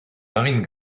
marine